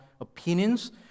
opinions